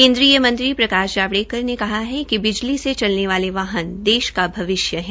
केन्द्रीय मंत्री प्रकाश जावड़ेकर ने कहा है कि बिजली से चलने वाहन देश का भविष्य है